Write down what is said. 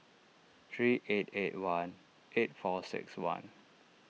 three eight eight one eight four six one